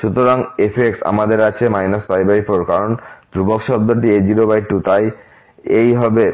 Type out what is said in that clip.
সুতরাং f আমাদের আছে 4 কারণ ধ্রুবক শব্দটি a02 তাই এই হবে